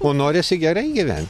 o norisi gerai gyven